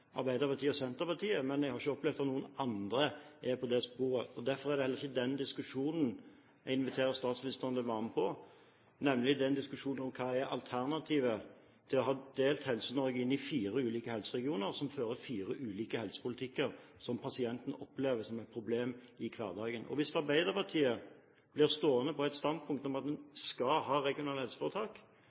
Arbeiderpartiet og Senterpartiet, men jeg har ikke opplevd at noen andre er på det sporet. Derfor er det heller ikke den diskusjonen jeg inviterer statsministeren til å være med på, men diskusjonen om hva som er alternativet til å dele Helse-Norge inn i fire ulike helseregioner, som fører ulik helsepolitikk, som pasientene opplever som et problem i hverdagen. Hvis Arbeiderpartiet blir stående på det standpunkt at man skal ha regionale helseforetak,